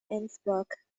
innsbruck